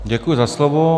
Děkuji za slovo.